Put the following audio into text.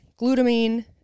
glutamine